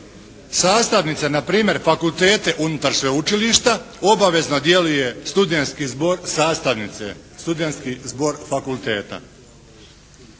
sastavnice, na primjer fakultete unutar sveučilišta obavezno djeluje studentski zbor sastavnice,